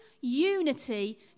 Unity